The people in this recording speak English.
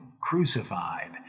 crucified